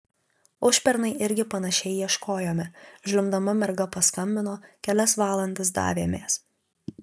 užpernai irgi panašiai ieškojome žliumbdama merga paskambino kelias valandas davėmės